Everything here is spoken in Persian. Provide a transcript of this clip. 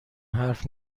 حرف